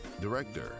Director